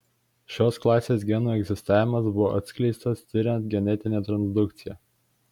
šios klasės genų egzistavimas buvo atskleistas tiriant genetinę transdukciją